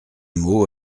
mot